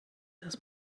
das